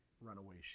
runaway